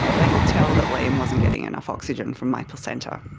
they could tell that liam wasn't getting enough oxygen from my placenta.